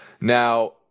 Now